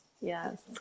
yes